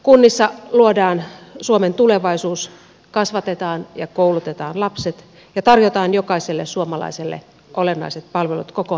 kunnissa luodaan suomen tulevaisuus kasvatetaan ja koulutetaan lapset ja tarjotaan jokaiselle suomalaiselle olennaiset palvelut koko elämänkaaren ajan